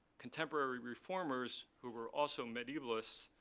contemporary reformers, who were also medievalists,